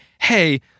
hey